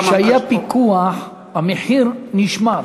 כשהיה פיקוח המחיר נשמר.